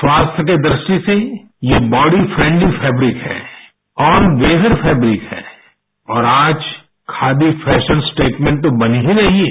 स्वास्थ्य की दृष्टि से येबॉडी फैब्रिक है ऑलवैदर फैब्रिक है और आज खादी फैशनस्टेटमेंट तो बन ही रही है